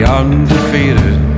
undefeated